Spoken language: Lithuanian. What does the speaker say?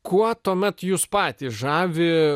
kuo tuomet jus patį žavi